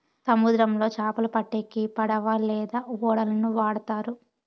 సముద్రంలో చాపలు పట్టేకి పడవ లేదా ఓడలను వాడుతారు